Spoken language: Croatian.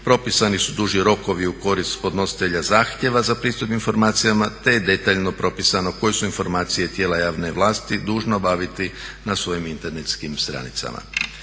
propisani su duži rokovi u korist podnositelja zahtjeva za pristup informacijama, te je detaljno propisano koje su informacije tijela javne vlasti dužne obaviti na svojim internetskim stranicama.